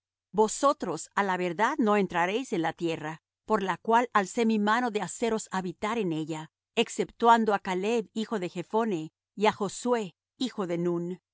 vosotros á la verdad no entraréis en la tierra por la cual alcé mi mano de haceros habitar en ella exceptuando á caleb hijo de jephone y á josué hijo de nun